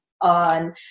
on